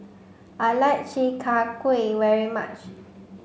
I like Chi Kak Kuih very much